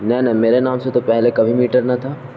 نہ نہ میرے نام سے تو پہلے کبھی میٹر نہ تھا